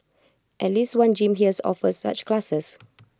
at least one gym here offers such classes